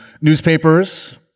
Newspapers